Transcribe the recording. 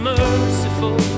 merciful